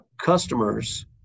customers